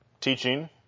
teaching